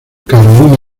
carolina